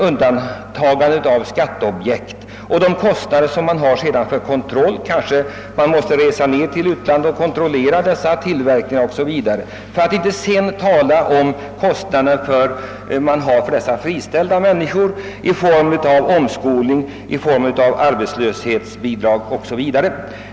Undandragande av skatteobjekt och genom de kostnader man får för kontroll av tillverkningen — man kanske måste resa ned till den utländska fabriken o. s. v. — för att inte tala om de utgifter man får för den friställda arbetskraften i Sverige genom omskolning, arbetslöshetsbidrag o.s.v. måste givetvis medtagas i kalkylerna.